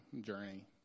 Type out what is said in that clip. journey